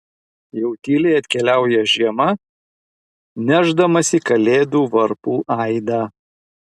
jau tyliai atkeliauja žiema nešdamasi kalėdų varpų aidą